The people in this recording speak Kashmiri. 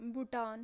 بوٗٹان